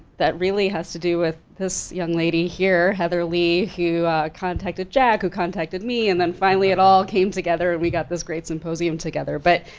that really has to do with this young lady here, heather lee, who contacted jack, who contacted me, and then finally it all came together we got this great symposium together, but.